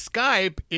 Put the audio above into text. Skype